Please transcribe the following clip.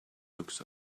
looks